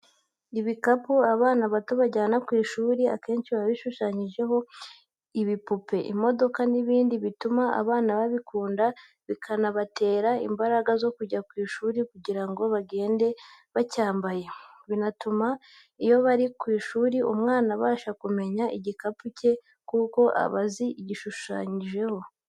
Ibikapu abana bato bajyana ku ishuri akeshi biba bishushanyijeho ibipupe, imodoka n'ibindi bituma abana babikunda bikanabatera imbaraga zo kujya ku ishuri kugira ngo bagende bacyambaye, binatuma iyo bari ku ishuri umwana abasha kumenya igikapu cye kuko aba azi igishushanyijeho.